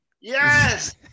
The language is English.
Yes